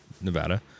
Nevada